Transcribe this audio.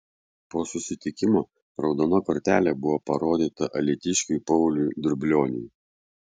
po susitikimo raudona kortelė buvo parodyta alytiškiui pauliui drublioniui